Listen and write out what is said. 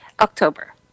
October